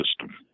system